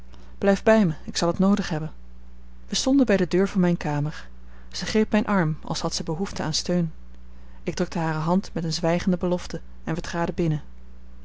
blijf bij mij ik zal het noodig hebben wij stonden bij de deur van mijne kamer zij greep mijn arm als had zij behoefte aan steun ik drukte hare hand met een zwijgende belofte en wij traden binnen